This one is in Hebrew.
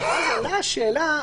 עולה השאלה הפרקטית: